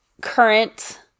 current